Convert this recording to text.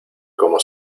como